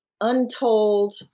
untold